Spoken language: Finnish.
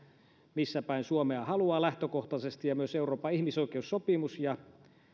missä päin suomea haluaa ja myös euroopan ihmisoikeussopimus ja